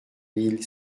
mille